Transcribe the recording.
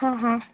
ହଁ ହଁ